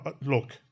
look